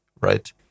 right